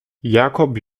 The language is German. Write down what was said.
jakob